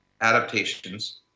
adaptations